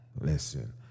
listen